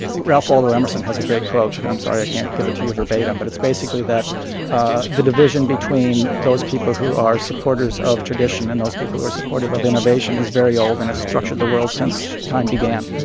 ralph waldo emerson has a great quote and i'm sorry i can't give it to you verbatim but it's basically that ah the division between those people who are supporters of tradition and those people who are supportive of innovation is very old and has structured the world since time began